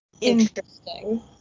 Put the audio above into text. Interesting